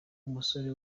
musore